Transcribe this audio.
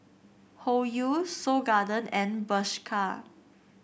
Hoyu Seoul Garden and Bershka